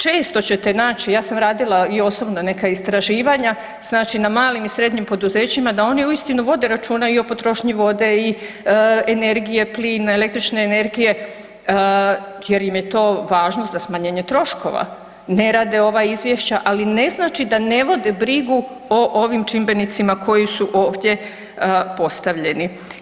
Često ćete naći, ja sam radila i osobno neka istraživanja znači na malim i srednjim poduzećima da oni uistinu vode računa i o potrošnji vode i energije, plina, električne energije jer im je to važno za smanjenje troškova, ne rade ova izvješća, ali ne znači da ne vode brigu o ovim čimbenicima koji su ovdje postavljeni.